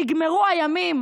נגמרו הימים